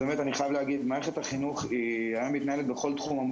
מערכת החינוך היום מתנהלת בכל תחום,